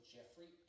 Jeffrey